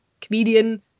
comedian